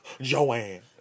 Joanne